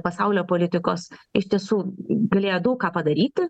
pasaulio politikos iš tiesų galėjo daug ką padaryti